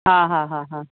हा हा हा हा